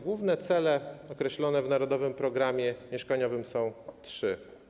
Główne cele określone w Narodowym Programie Mieszkaniowym są trzy.